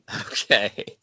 Okay